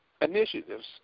initiatives